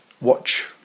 watch